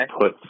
put